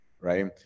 right